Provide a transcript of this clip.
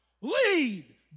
lead